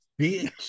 bitch